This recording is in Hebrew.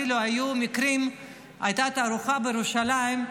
הייתה תערוכה בירושלים,